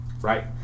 Right